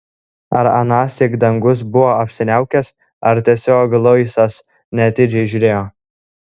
ar anąsyk dangus buvo apsiniaukęs ar tiesiog luisas neatidžiai žiūrėjo